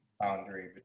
boundary